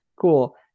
Cool